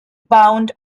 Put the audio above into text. bound